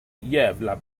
jävla